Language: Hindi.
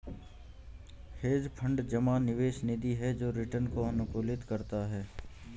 हेज फंड जमा निवेश निधि है जो रिटर्न को अनुकूलित करता है